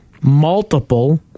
multiple